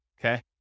Okay